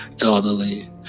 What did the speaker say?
Elderly